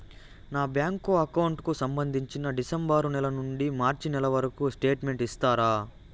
నా bank account కు సంబంధించి డిసెంబరు నెల నుండి మార్చి నెలవరకు స్టేట్మెంట్ ఇస్తారా?